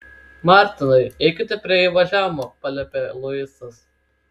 martinai eikite prie įvažiavimo paliepia luisas